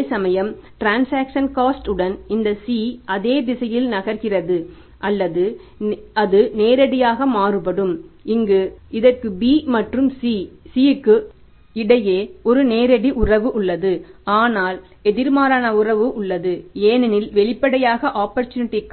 அதிக ஆப்பர்சூனிட்டி